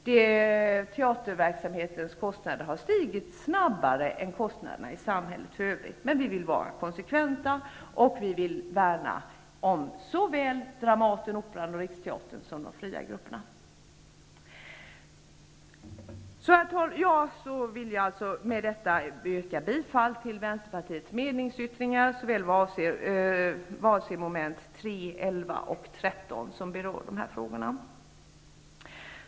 Kostnaderna för teaterverksamheten har stigit snabbare än kostnaderna i samhället för övrigt. Men vi vill vara konsekventa, och vi vill värna om såväl Dramaten, Operan och Riksteatern som de fria grupperna. Jag vill med detta yrka bifall till Vänsterpartiets meningsyttringar vad avser mom. 3, 11 och 13 som berör dessa frågor.